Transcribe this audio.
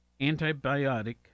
antibiotic